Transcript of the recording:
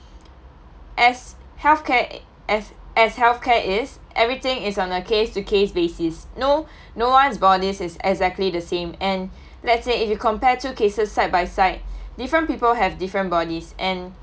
as healthcare as as healthcare is everything is on a case to case basis no no one's bodies is exactly the same and let's say if you compare two cases side by side different people have different bodies and